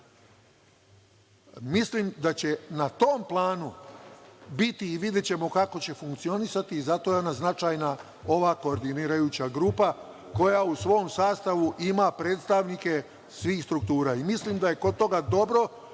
Mislim da će na tom planu biti i videćemo kako će funkcionisati, i zato je ona značajna, ova koordinirajuća grupa koja u svom sastavu ima predstavnike svih struktura. Mislim da je kod toga dobro